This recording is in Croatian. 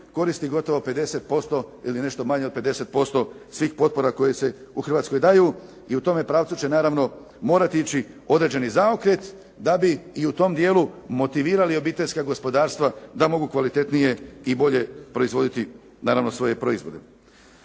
koristi gotovo 50% ili nešto manje od 50% svih potpora koje se u Hrvatskoj daju i u tome pravcu će naravno ići određeni zaokret da bi i u tom dijelu motivirali obiteljska gospodarstva, da mogu kvalitetnije i boje proizvoditi svoje proizvode.